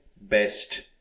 best